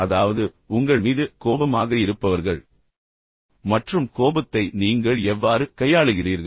அதாவது உங்கள் மீது கோபமாக இருப்பவர்கள் மற்றும் கோபத்தை நீங்கள் எவ்வாறு கையாளுகிறீர்கள்